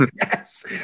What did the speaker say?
Yes